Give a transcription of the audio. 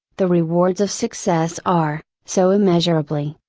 the rewards of success are, so immeasurably,